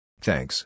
Thanks